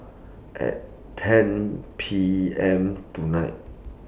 At ten P M tonight